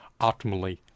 optimally